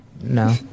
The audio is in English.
no